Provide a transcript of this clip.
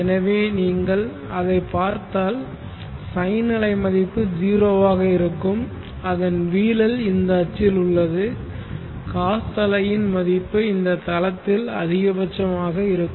எனவே நீங்கள் அதைப் பார்த்தால் சைன் அலை மதிப்பு 0 வாக இருக்கும் அதன் வீழல் இந்த அச்சில் உள்ளது காஸ் அலையின் மதிப்பு இந்த தளத்தில் அதிகபட்சம் ஆக இருக்கும்